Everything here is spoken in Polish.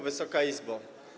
Wysoka Izbo!